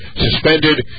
suspended